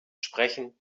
sprechen